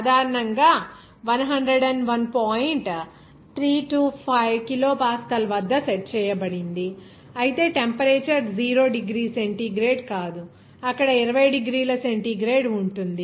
325 kilo pascal వద్ద set చేయబడింది అయితే టెంపరేచర్ 0 డిగ్రీ సెంటీగ్రేడ్ కాదు అక్కడ 20 డిగ్రీల సెంటీగ్రేడ్ ఉంటుంది